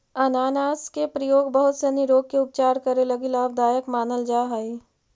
अनानास के प्रयोग बहुत सनी रोग के उपचार करे लगी लाभदायक मानल जा हई